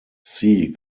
see